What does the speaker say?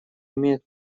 имеет